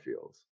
feels